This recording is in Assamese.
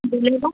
বেলেগত